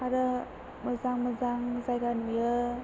आरो मोजां मोजां जायगा नुयो